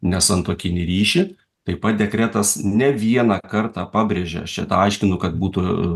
nesantuokinį ryšį taip pat dekretas ne vieną kartą pabrėžia šitą aiškinu kad būtų